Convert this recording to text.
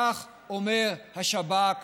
כך אמר השב"כ